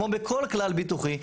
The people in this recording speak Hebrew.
כמו בכל כלל ביטוחי,